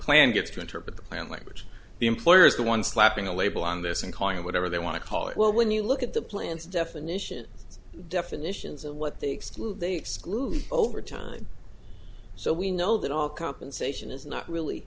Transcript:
gets to interpret the plan language the employer is the one slapping a label on this and calling it whatever they want to call it well when you look at the plans definition definitions of what they exclude they exclude over time so we know that all compensation is not really